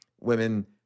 women